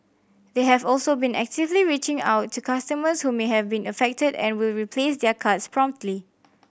they have also been actively reaching out to customers who may have been affected and will replace their cards promptly